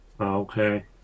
okay